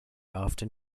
often